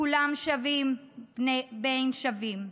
כולם שווים בין שווים".